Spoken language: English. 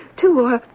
two